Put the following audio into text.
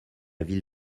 ville